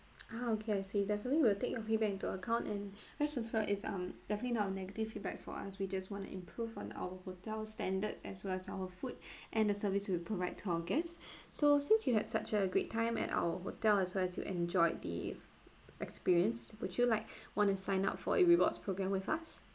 ah okay I see definitely we'll take your feedback into account and rest assured it's um definitely not a negative feedback for us we just want to improve on our hotel standards as well as our food and the service we provide to our guests so since you had such a great time at our hotel as well as you enjoyed the experience would you like want to sign up for a rewards program with us